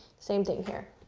same thing, here.